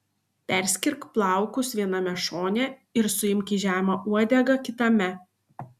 perskirk plaukus viename šone ir suimk į žemą uodegą kitame